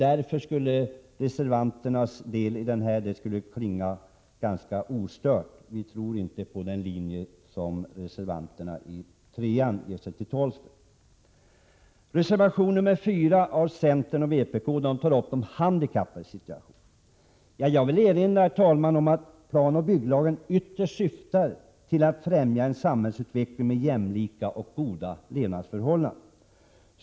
Därför skulle reservanternas krav i denna del klinga ganska ohörda. Vi tror således inte på den linje som reservanterna i reservation 3 förespråkar. I reservation 4 av centern och vpk tar man upp de handikappades situation. Jag vill erinra om att planoch bygglagen ytterst syftar till att främja en samhällsutveckling med jämlika och goda levnadsförhållanden.